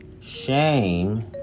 shame